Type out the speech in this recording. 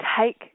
take